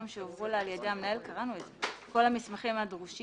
מיום שהועברו לו על ידי המנהל כל המסמכים הדרושים.